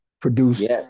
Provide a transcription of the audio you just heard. produced